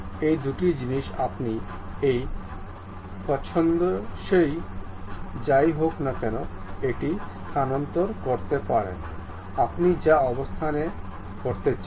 এই দুটি জিনিস আপনি এটি পছন্দসই যাই হোক না কেন এটি স্থানান্তর করতে পারেন আপনি যে অবস্থানে অবস্থান করতে চান